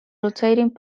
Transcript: rotating